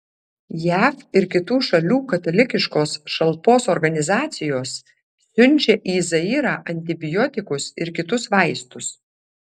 jav ir kitų šalių katalikiškos šalpos organizacijos siunčia į zairą antibiotikus ir kitus vaistus